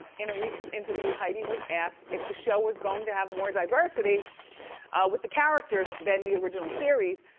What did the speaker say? in a recent interview heidi was asked if the show was going to have more diversity with the characters than the original series?